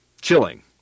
chilling